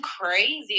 crazy